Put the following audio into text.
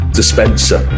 Dispenser